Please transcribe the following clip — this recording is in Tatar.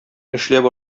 эшләп